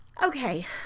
Okay